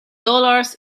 dollars